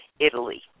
Italy